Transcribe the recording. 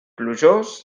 plujós